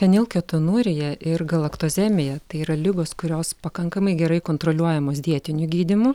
fenilketonurija ir galaktozemija tai yra ligos kurios pakankamai gerai kontroliuojamos dietiniu gydymu